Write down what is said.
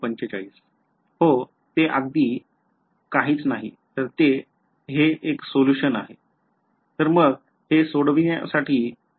४५ हो ते अगदी काहीच नाही तर हे सोल्युशन आहे